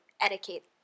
etiquette